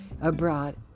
abroad